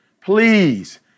please